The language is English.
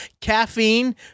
caffeine